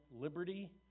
liberty